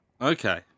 Okay